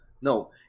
No